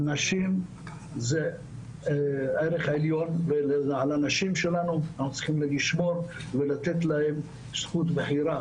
נשים זה ערך עליון ואנחנו צריכים לשמור על עליהן ולתת להן זכות בחירה,